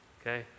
okay